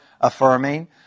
affirming